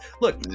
Look